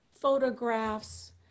photographs